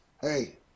hey